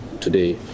today